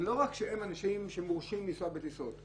לא רק שאין אנשים שמורשים לנסוע בטיסות.